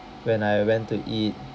when I went to eat